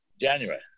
January